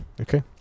okay